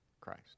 Christ